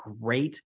great